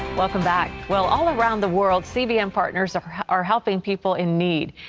welcome back. well, all around the world, cbn partners are helping people in need.